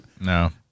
No